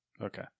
Okay